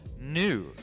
new